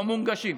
לא מונגשים.